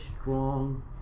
strong